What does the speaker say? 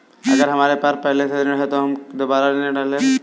अगर हमारे पास पहले से ऋण है तो क्या हम दोबारा ऋण हैं?